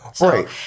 Right